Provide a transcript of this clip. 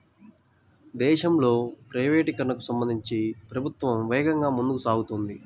దేశంలో ప్రైవేటీకరణకు సంబంధించి ప్రభుత్వం వేగంగా ముందుకు సాగుతోంది